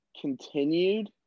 continued